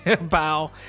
bow